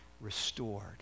restored